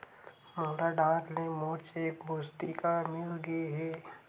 मोला डाक ले मोर चेक पुस्तिका मिल गे हे